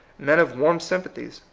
men of warm sympathies,